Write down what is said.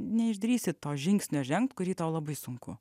neišdrįsi to žingsnio žengt kurį tau labai sunku